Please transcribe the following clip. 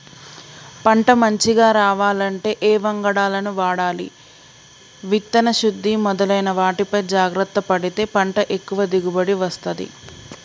పంట మంచిగ రావాలంటే ఏ వంగడాలను వాడాలి విత్తన శుద్ధి మొదలైన వాటిపై జాగ్రత్త పడితే పంట ఎక్కువ దిగుబడి వస్తది